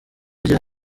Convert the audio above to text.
agira